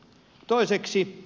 toiseksi